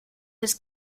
his